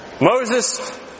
Moses